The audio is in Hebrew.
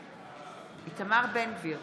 נגד איתמר בן גביר,